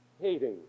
Hating